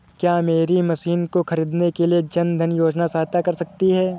क्या मेरी मशीन को ख़रीदने के लिए जन धन योजना सहायता कर सकती है?